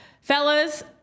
Fellas